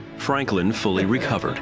franklin fully recovered